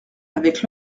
avec